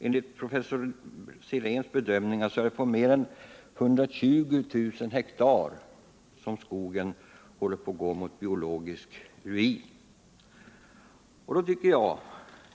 Enligt professor Siréns bedömning är det på mer än 120 000 hektar som skogen går mot biologisk ruin.